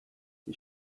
wie